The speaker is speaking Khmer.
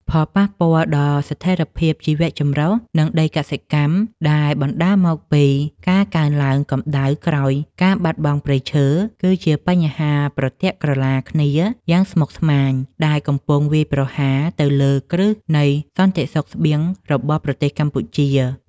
ផលប៉ះពាល់ដល់ស្ថិរភាពជីវៈចម្រុះ និងដីកសិកម្មដែលបណ្ដាលមកពីការកើនឡើងកម្ដៅក្រោយការបាត់បង់ព្រៃឈើ គឺជាបញ្ហាប្រទាក់ក្រឡាគ្នាយ៉ាងស្មុគស្មាញ ដែលកំពុងវាយប្រហារទៅលើគ្រឹះនៃសន្តិសុខស្បៀងរបស់ប្រទេសកម្ពុជា។